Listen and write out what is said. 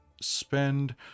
spend